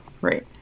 Right